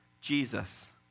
Jesus